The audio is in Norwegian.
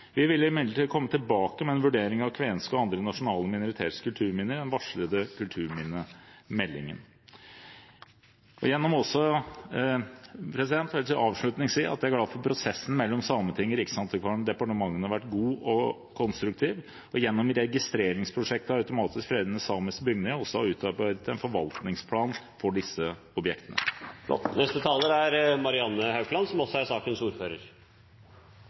Vi vil imidlertid komme tilbake med en vurdering av kvenske og andre nasjonale minoriteters kulturminner i den varslede kulturminnemeldingen. Jeg vil til avslutning si at jeg er glad for at prosessen mellom Sametinget, Riksantikvaren og departement har vært god og konstruktiv, og for at man gjennom registreringsprosjektet når det gjelder automatisk fredede samiske bygninger, også har utarbeidet en forvaltningsplan for disse objektene.